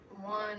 one